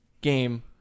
game